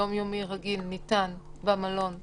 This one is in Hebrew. יום-יומי רגיל ניתן במלון לכולם.